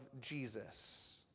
Jesus